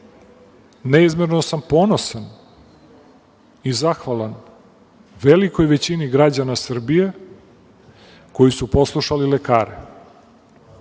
neizmerno sam ponosan i zahvalan velikoj većini građana Srbije koji su poslušali lekare.